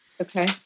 Okay